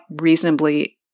reasonably